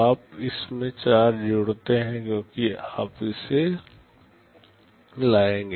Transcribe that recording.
आप इसमें 4 जोड़ते हैं क्योंकि आप इसे लाएंगे